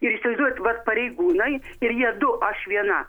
ir įsivaizduojat vat pareigūnai ir jie du aš viena